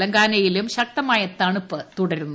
തെലങ്കാനയിലും ശക്തമായ തണുപ്പ് തുടരുന്നു